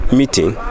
meeting